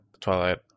Twilight